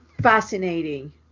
fascinating